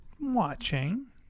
watching